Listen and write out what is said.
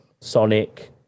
Sonic